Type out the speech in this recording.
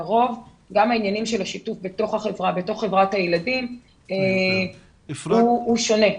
לרוב גם העניינים של השיתוף בתוך חברת הילדים הוא שונה.